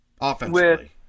Offensively